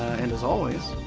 and as always,